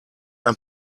ein